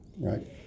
right